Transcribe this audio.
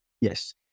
Yes